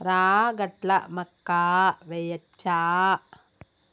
రాగట్ల మక్కా వెయ్యచ్చా?